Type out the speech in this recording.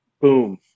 boom